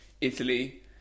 Italy